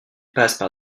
passent